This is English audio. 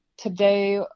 Today